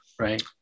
right